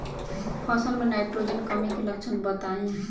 फसल में नाइट्रोजन कमी के लक्षण बताइ?